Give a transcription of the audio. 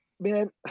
Man